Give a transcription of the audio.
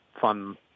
fun